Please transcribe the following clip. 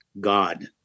God